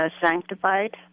sanctified